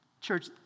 Church